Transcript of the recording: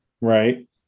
right